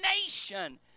nation